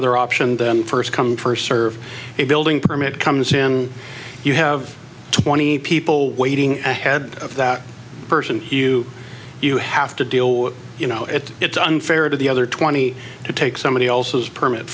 other option then first come first serve a building permit comes in you have twenty people waiting ahead of that person you you have to deal with you know it it's unfair to the other twenty to take somebody else's permit